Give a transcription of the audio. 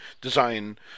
design